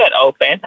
open